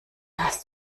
hast